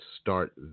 start